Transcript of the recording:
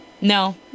No